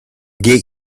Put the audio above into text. get